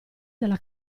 della